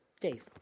Dave